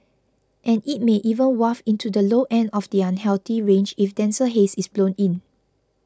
and it may even waft into the low end of the unhealthy range if denser haze is blown in